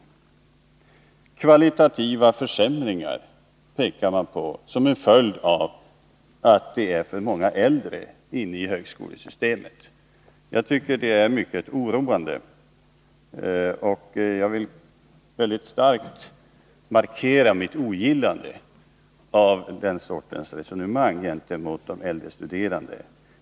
Man pekar på kvalitativa försämringar som en följd av att det skulle finnas för många äldre inne i skolsystemet. Jag tycker att detta är mycket oroande, och jag vill mycket starkt markera mitt ogillande av denna sorts resonemang gentemot de äldre studerande.